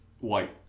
white